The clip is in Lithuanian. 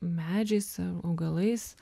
medžiais augalais